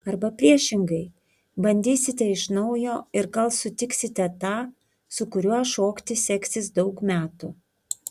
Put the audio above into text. arba priešingai bandysite iš naujo ir gal sutiksite tą su kuriuo šokti seksis daug metų